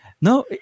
No